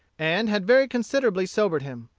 and had very considerably sobered him.